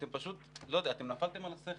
לא יודע, אתם נפלתם על השכל.